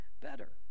better